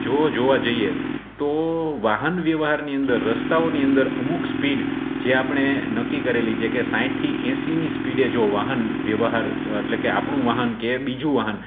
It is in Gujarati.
જો જોવા જઈએ તો વાહન વ્યવહારની અંદર રસ્તાઓની અંદર અમુક સ્પીડ જે આપણે નક્કી કરેલી કે સાઈઠથી એંસીની સ્પીડે જો વાહન વ્યવહાર એટલે કે આપણું વાહન કે બીજું વાહન